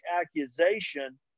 accusation